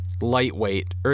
lightweight